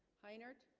hi nerd